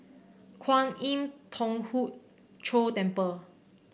Kwan Im Thong Hood Cho Temple